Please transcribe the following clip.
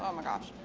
um gosh.